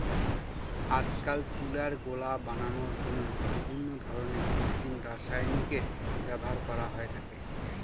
আজকাল তুলার গোলা বানানোর জন্য বিভিন্ন ধরনের কৃত্রিম রাসায়নিকের ব্যবহার করা হয়ে থাকে